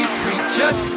preachers